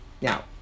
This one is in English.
Now